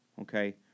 Okay